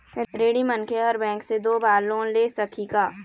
ऋणी मनखे हर बैंक से दो बार लोन ले सकही का?